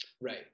Right